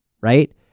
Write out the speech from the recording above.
right